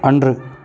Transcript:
அன்று